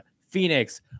Phoenix